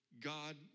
God